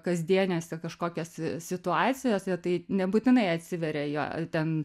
kasdienėse kažkokiose situacijose tai nebūtinai atsiveria jo ten